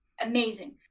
amazing